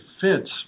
fits